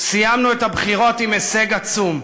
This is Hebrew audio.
סיימנו את הבחירות עם הישג עצום.